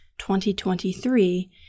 2023